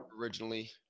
originally